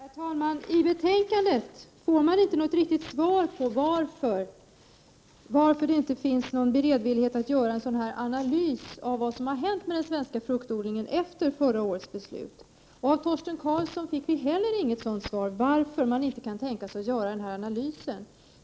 Herr talman! I betänkandet får man inte något riktigt svar på varför det inte finns någon beredvillighet att göra en analys av vad som har hänt med den svenska fruktodlingen efter förra årets beslut. Och av Torsten Karlsson fick vi heller inget sådant svar.